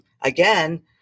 again